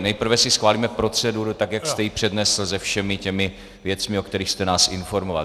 Nejprve si schválíme proceduru tak, jak jste ji přednesl se všemi těmi věcmi, o kterých jste nás informoval.